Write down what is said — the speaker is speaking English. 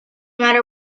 matter